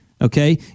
Okay